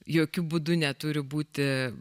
jokiu būdu neturi būti